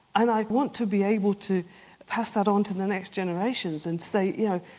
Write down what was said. and i want to be able to pass that on to the next generations and say, you know,